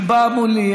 היא באה מולי,